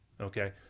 Okay